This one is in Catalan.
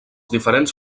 diferents